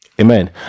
Amen